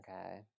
Okay